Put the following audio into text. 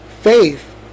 faith